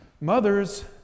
Mothers